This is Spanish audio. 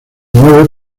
mueve